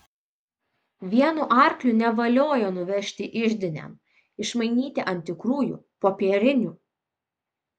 vienu arkliu nevaliojo nuvežti iždinėn išmainyti ant tikrųjų popierinių